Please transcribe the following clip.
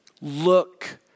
Look